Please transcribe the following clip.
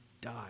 die